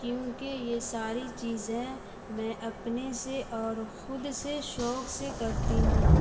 کیوںکہ یہ ساری چیزیں میں اپنے سے اور خود سے شوق سے کرتی ہوں